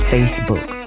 Facebook